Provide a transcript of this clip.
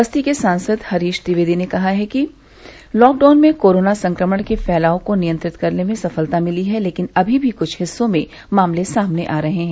बस्ती के सांसद हरीश द्विवेदी ने कहा है कि लॉकडाउन से कोरोना संक्रमण के फैलाव को नियंत्रित करने में सफलता मिली है लेकिन अमी भी कृछ हिस्सों में मामले सामने आ रहे हैं